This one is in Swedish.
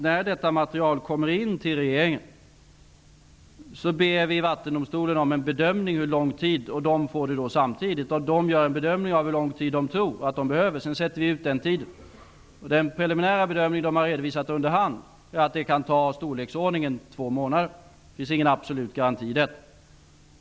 När detta material kommer in till regeringen kommer det samtidigt att gå till Vattendomstolen. Vattendomstolen kommer då att göra en bedömning av hur lång tid man tror att man behöver, och vi sätter ut den tiden. Den preliminära bedömning som Vattendomstolen har redovisat under hand är att det kan ta i storleksordningen två månader, men det finns ingen absolut garanti i detta.